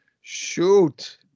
Shoot